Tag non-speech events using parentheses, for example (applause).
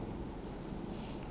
(breath)